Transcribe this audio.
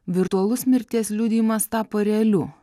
virtualus mirties liudijimas tapo realiu